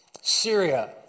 Syria